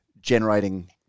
generating